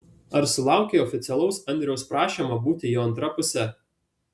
ar sulaukei oficialaus andriaus prašymo būti jo antra puse